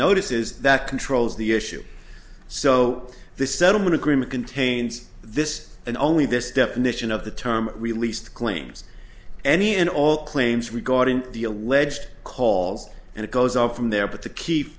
notices that controls the issue so the settlement agreement contains this and only this definition of the term released claims any and all claims regarding the alleged calls and it goes up from there but to keep